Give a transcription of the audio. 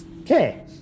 Okay